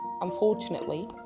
unfortunately